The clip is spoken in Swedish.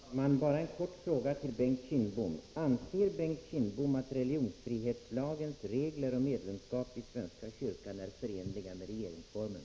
Herr talman! Bara en kort fråga till Bengt Kindbom: Anser Bengt Kindbom att religionsfrihetslagens regler om medlemskap i svenska kyrkan är förenliga med regeringsformen?